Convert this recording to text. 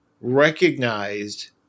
recognized